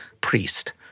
priest